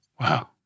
Wow